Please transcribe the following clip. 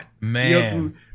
Man